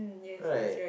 right